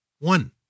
one